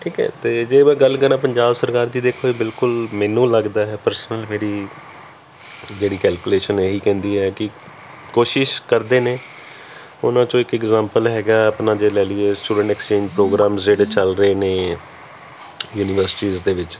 ਠੀਕ ਹੈ ਅਤੇ ਜੇ ਮੈਂ ਗੱਲ ਕਰਾਂ ਪੰਜਾਬ ਸਰਕਾਰ ਦੀ ਦੇਖੋ ਬਿਲਕੁਲ ਮੈਨੂੰ ਲੱਗਦਾ ਹੈ ਪਰਸਨਲ ਮੇਰੀ ਜਿਹੜੀ ਕੈਲਕੂਲੇਸ਼ਨ ਇਹ ਹੀ ਕਹਿੰਦੀ ਐ ਕਿ ਕੋਸ਼ਿਸ਼ ਕਰਦੇ ਨੇ ਉਹਨਾਂ 'ਚੋਂ ਇੱਕ ਇਗਜਾਮਪਲ ਹੈਗਾ ਆਪਣਾ ਜੇ ਲੈ ਲਈਏ ਸਟੂਡੈਂਟ ਐਕਸਚੇਂਜ ਪ੍ਰੋਗਰਾਮਸ ਜਿਹੜੇ ਚੱਲ ਰਹੇ ਨੇ ਯੂਨੀਵਰਸਿਟੀਸ ਦੇ ਵਿੱਚ